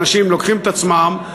אנשים לוקחים את עצמם,